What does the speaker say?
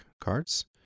cards